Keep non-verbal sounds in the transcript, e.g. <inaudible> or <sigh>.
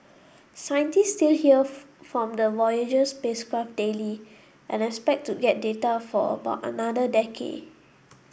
scientists still hear <unintelligible> from the Voyager spacecraft daily and expect to get data for about another decade